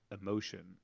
emotion